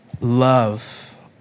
Love